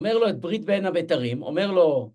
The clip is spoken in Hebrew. אומר לו את ברית בין הבתרים, אומר לו...